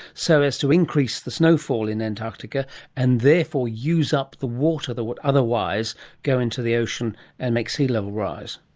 so as to increase the snowfall in antarctica and therefore use up the water that would otherwise go into the ocean and make sea level rise?